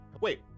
Wait